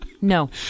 No